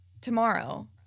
tomorrow